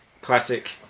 classic